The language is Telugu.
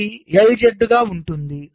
ఇది LZ గా ఉంటుంది